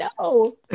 no